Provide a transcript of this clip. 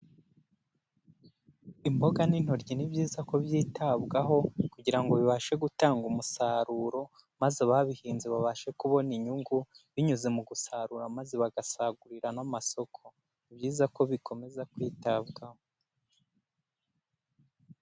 Imboga n'intoryi ni byiza ko byitabwaho kugira ngo bibashe gutanga umusaruro, maze ababihinze babashe kubona inyungu binyuze mu gusarura maze bagasagurira n'amasoko, ni byiza ko bikomeza kwitabwaho.